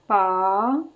ਪਾ